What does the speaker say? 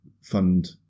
fund